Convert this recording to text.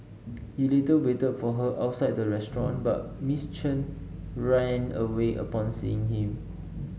he later waited for her outside the restaurant but Miss Chen ran away upon seeing him